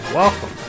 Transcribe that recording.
Welcome